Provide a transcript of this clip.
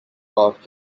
cops